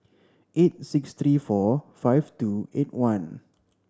eight six three four five two eight one